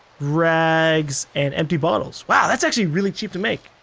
rags. and empty bottles. wow that's actually really cheap to make.